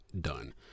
done